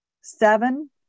Seven